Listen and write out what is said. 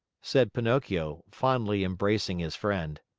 said pinocchio, fondly embracing his friend.